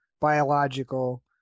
biological